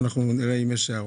נראה אם יש הערות.